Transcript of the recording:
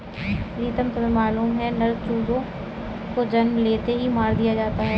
प्रीतम तुम्हें मालूम है नर चूजों को जन्म लेते ही मार दिया जाता है